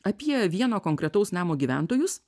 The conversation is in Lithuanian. apie vieno konkretaus namo gyventojus